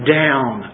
down